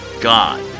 God